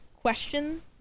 question